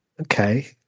Okay